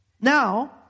Now